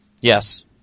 Yes